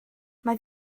mae